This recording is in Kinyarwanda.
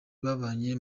babanye